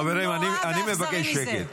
חברים, אני מבקש שקט.